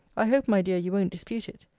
i hope, my dear, you won't dispute it.